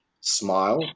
smile